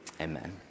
Amen